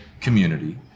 community